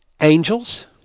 angels